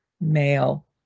male